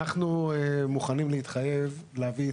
אנחנו מוכנים להתחייב להביא,